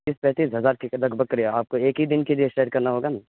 تیس پینتیس ہزار کے لگ بھگ کرے آپ کو ایک ہی دن کے لیے سیر کرنا ہوگا نا